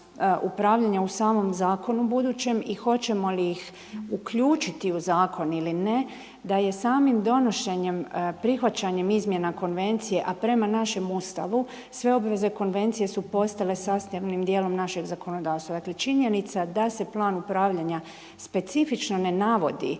u samom zakonu budućem i hoćemo li ih uključiti u zakon ili ne da je samim donošenjem, prihvaćanjem izmjena konvencije a prema našem Ustavu sve obveze konvencije su postale sastavnim dijelom našeg zakonodavstva. Dakle, činjenica da se plan upravljanja specifično ne navodi